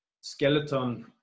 skeleton